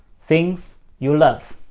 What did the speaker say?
things you love.